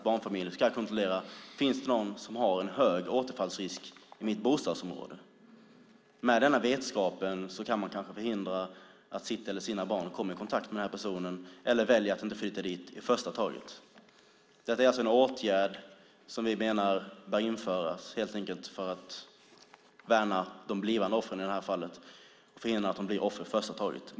Barnfamiljer ska kunna kontrollera om det finns någon som har en hög återfallsrisk i bostadsområdet. Med denna vetskap kan man kanske förhindra att barnen kommer i kontakt med den här personen. Eller så väljer människor att inte flytta dit i första taget. Detta är alltså en åtgärd som vi menar bör införas helt enkelt för att värna de blivande offren och förhindra att det blir offer i första taget.